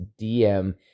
DM